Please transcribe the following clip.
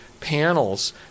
panels